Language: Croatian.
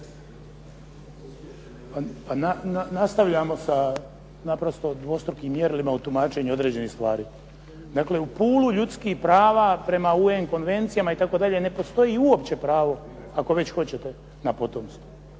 Pa nastavljamo naprosto sa dvostrukim mjerilima u tumačenju određenih stvari. Dakle, u pulu ljudskih prava prema UN konvencijama itd. ne postoji uopće pravo ako već hoćete na potomke.